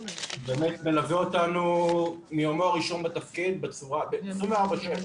הוא מלווה אותנו מיומו הראשון בתפקיד, 24/7,